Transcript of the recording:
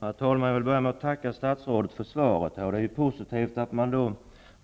Herr talman! Jag vill börja med att tacka statsrådet för svaret. Det är positivt att man nu